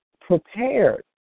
prepared